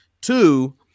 Two